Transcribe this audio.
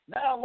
Now